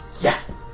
Yes